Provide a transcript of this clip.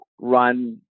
run